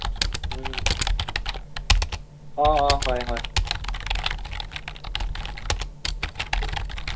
অ' অ' হয় হয়